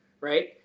Right